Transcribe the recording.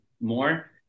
more